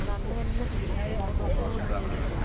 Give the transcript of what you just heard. അത് അന്ന് തന്നെ തീരും അതുകൊണ്ട് ഒന്നു കൊണ്ടും പേടിക്കണ്ട